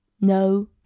No